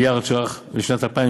מעשה שהיה כך היה.